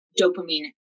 dopamine